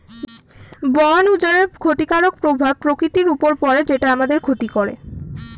বন উজাড়ের ক্ষতিকারক প্রভাব প্রকৃতির উপর পড়ে যেটা আমাদের ক্ষতি করে